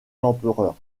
l’empereur